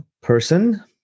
person